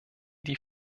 die